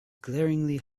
glaringly